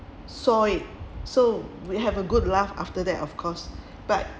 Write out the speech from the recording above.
saw it so we have a good laugh after that of course but